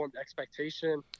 expectation